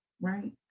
Right